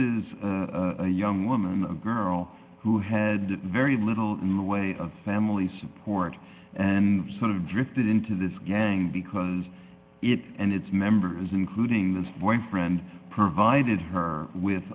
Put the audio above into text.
is a young woman a girl who had very little in the way of family support and sort of drifted into this gang because it and its members including this boyfriend provided her with